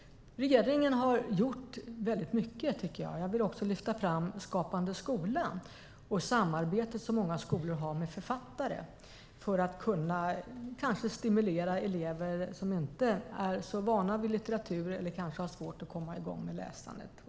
Regeringen har gjort väldigt mycket, tycker jag. Jag vill också lyfta fram Skapande skola och samarbetet som många skolor har med författare för att kunna stimulera elever som inte är så vana vid litteratur eller kanske har svårt att komma i gång med läsandet.